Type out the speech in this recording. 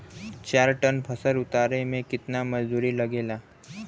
चार टन फसल उतारे में कितना मजदूरी लागेला?